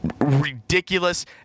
ridiculous